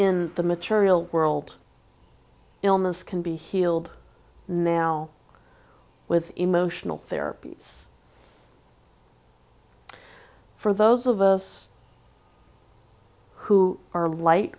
in the material world illness can be healed now with emotional therapies for those of us who are light